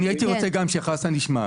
הייתי רוצה שגם חסן ישמע.